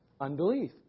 Unbelief